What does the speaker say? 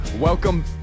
Welcome